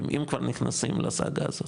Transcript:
אם כבר נכנסים לסגה הזאת.